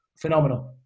phenomenal